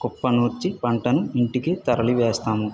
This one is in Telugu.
కుప్ప నూర్చి పంటను ఇంటికి తరలి వేస్తాము